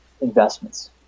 investments